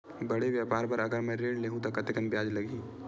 बड़े व्यापार बर अगर मैं ऋण ले हू त कतेकन ब्याज लगही?